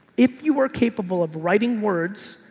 if you are capable of writing words,